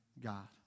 God